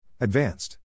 Advanced